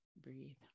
Breathe